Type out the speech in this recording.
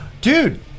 Dude